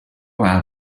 out